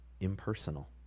impersonal